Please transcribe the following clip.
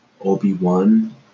Obi-Wan